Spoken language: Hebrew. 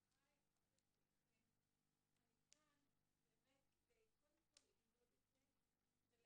אני כאן באמת כדי קודם כל ללמוד את זה ולהבין.